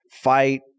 fight